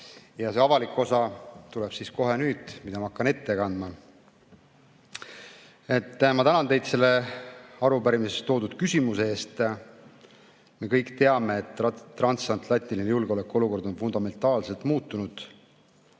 Ja see avalik osa tuleb kohe nüüd, ma hakkan seda ette kandma. Ma tänan teid selle arupärimises toodud küsimuse eest. Me kõik teame, et transatlantiline julgeolekuolukord on fundamentaalselt muutunud.